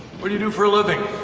what do you do for a living,